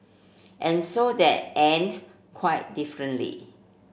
and so that end quite differently